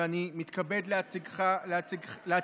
ואני מתכבד להציג